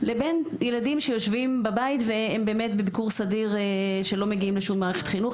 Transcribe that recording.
לבין ילדים שיושבים בבית ולא מגיעים לשום מערכת חינוך.